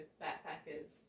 backpackers